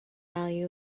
value